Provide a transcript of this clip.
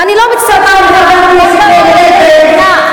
ואני לא מצפה, מה קרה לך בספינה?